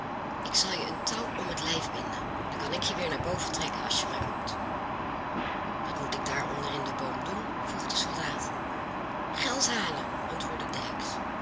ik zal je een touw om het lijf binden dan kan ik je weer naar boven trekken als je mij roept wat moet ik daar onder in den boom doen vroeg de soldaat geld halen antwoordde de heks